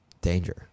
danger